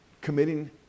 committing